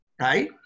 right